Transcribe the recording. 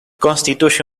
constituye